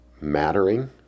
mattering